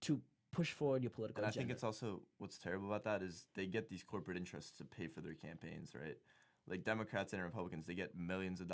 to push for your political i think it's also what's terrible about that is they get these corporate interests to pay for their campaigns that they democrats and republicans they get millions of